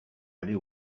aller